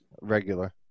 Regular